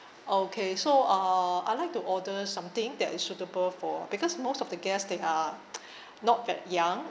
okay so uh I'd like to order something that is suitable for because most of the guests they are not that young